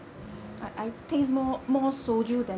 um